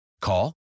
Call